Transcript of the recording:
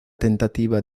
tentativa